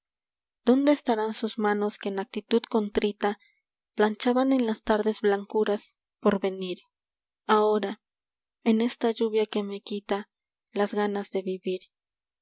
dónde estarán sus manos que en actitud contrita planchaban en las tardes blancuras porvenir ahora en esta lluvia que me quila las ganas de vivir